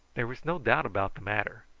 there was no doubt about the matter,